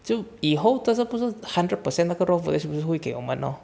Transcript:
就以后照片不是 hundred percent 那个 raw footage 会给我们 lor